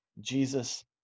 Jesus